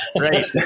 Right